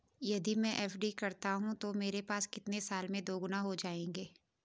यदि मैं एफ.डी करता हूँ तो मेरे पैसे कितने साल में दोगुना हो जाएँगे?